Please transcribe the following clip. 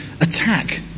attack